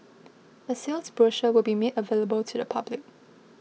a sales brochure will be made available to the public